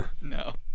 No